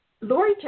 Lori